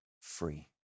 free